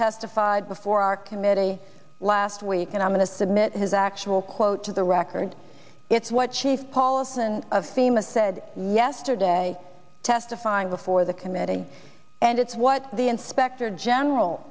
testified before our committee last week and i'm going to submit his actual quote to the record it's what chief paulson of fema said yesterday testifying before the committee and it's what the inspector general